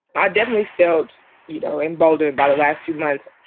i definitely felt you know emboldened by the last few months.